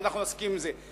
ואנחנו נסכים עם זה.